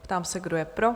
Ptám se, kdo je pro?